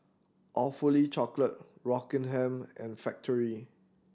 Awfully Chocolate Rockingham and Factorie